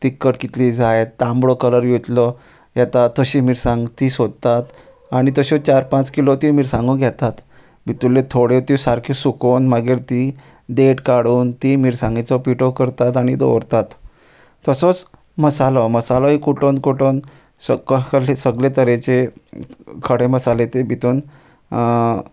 तिखट कितली जाय तांबडो कलर घेतलो येता तशी मिरसांग ती सोदतात आनी तश्यो चार पांच किलो त्यो मिरसांगो घेतात भितरल्यो थोड्यो त्यो सारक्यो सुकोन मागीर ती देट काडून ती मिरसांगेचो पिठो करतात आनी दवरतात तसोच मसालो मसालोय कुटोन कुटोन सगळे सगळे तरेचे खडे मसाले ते भितून